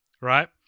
right